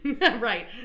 Right